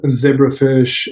zebrafish